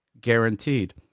guaranteed